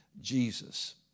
Jesus